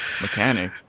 mechanic